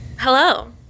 Hello